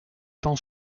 tant